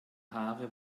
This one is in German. haare